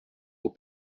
aux